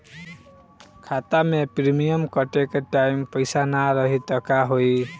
खाता मे प्रीमियम कटे के टाइम पैसा ना रही त का होई?